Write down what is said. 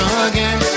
again